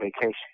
vacation